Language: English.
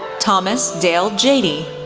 thomas dale jahde,